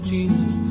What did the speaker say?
Jesus